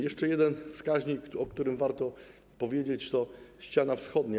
Jeszcze jeden wskaźnik, o którym warto powiedzieć - ściana wschodnia.